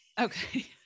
Okay